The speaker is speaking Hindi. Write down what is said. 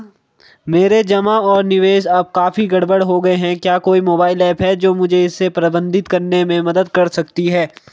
मेरे जमा और निवेश अब काफी गड़बड़ हो गए हैं क्या कोई मोबाइल ऐप है जो मुझे इसे प्रबंधित करने में मदद कर सकती है?